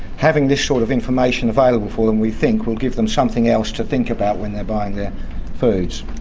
having this sort of information available for them we think will give them something else to think about when they are buying their foods.